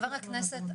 חבר הכנסת,